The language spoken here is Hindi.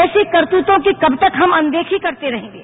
ऐसी कर्त्यूतों की कब तक हम अनदेखी करते रहेंगे